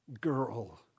girl